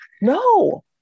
No